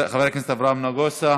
חבר הכנסת אברהם נגוסה,